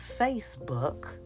Facebook